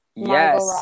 Yes